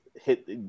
hit